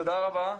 תודה רבה.